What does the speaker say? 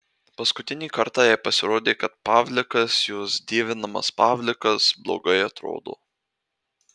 paskutinį kartą jai pasirodė kad pavlikas jos dievinamas pavlikas blogai atrodo